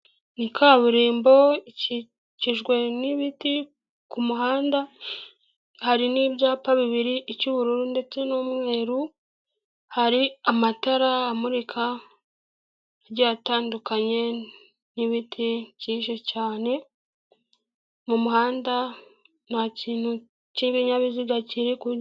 Ni kaburimbo ikikijwe n'ibiti ku muhanda hari n'ibyapa bibiri icy'ubururu ndetse n'umweru, hari amatara amurika agiye atandukanye, n'ibiti byinshi cyane, mu muhanda nta kintu cy'ibinyabiziga kiri ku...